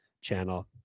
channel